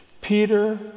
Peter